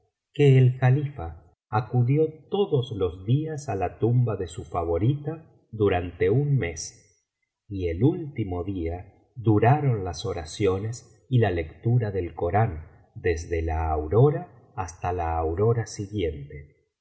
que el califa acudió todos los días á la tumba de su favorita durante un mes y el último día duraron las oraciones y la lectura del corán desde la aurora hasta la aurora siguiente